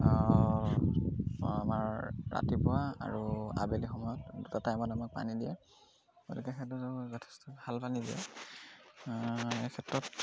আমাৰ ৰাতিপুৱা আৰু আবেলি সময়ত দুটা টাইমত আমাক পানী দিয়ে গতিকে সেইটো যথেষ্ট ভাল পানী দিয়ে ক্ষেত্ৰত